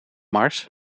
mars